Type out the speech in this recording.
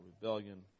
rebellion